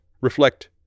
reflect